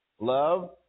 Love